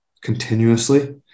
continuously